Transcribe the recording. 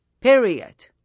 period